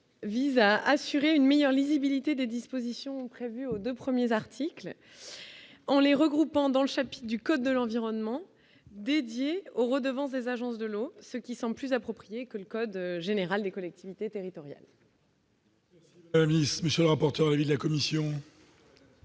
Vise à assurer une meilleure lisibilité des dispositions prévues aux 2 premiers articles en les regroupant dans le chapitre du code de l'environnement dédié aux redevances des agences de l'eau, ceux qui sont plus approprié que le code général des collectivités territoriales.